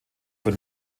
für